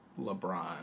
LeBron